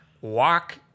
walk